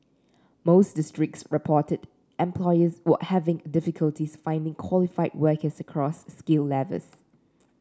most districts reported employers were having difficulties finding qualified workers across skill levels